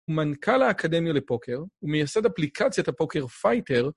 הוא מנכ"ל האקדמיה לפוקר, ומייסד אפליקציית הפוקר "פייטר"